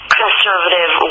conservative